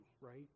right